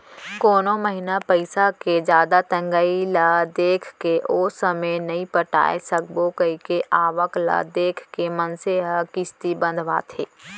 कोनो महिना पइसा के जादा तंगई ल देखके ओ समे नइ पटाय सकबो कइके आवक ल देख के मनसे ह किस्ती बंधवाथे